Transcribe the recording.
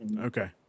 Okay